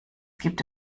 gibt